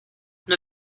nur